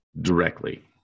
directly